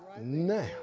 now